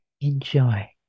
Enjoy